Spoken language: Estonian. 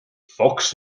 fox